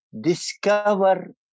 discover